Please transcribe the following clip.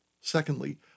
Secondly